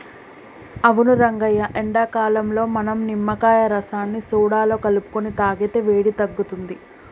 అవును రంగయ్య ఎండాకాలంలో మనం నిమ్మకాయ రసాన్ని సోడాలో కలుపుకొని తాగితే వేడి తగ్గుతుంది